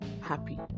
happy